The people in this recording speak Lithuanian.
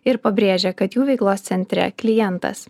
ir pabrėžia kad jų veiklos centre klientas